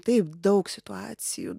taip daug situacijų